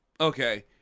Okay